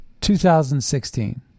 2016